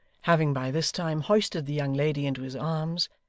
having by this time hoisted the young lady into his arms,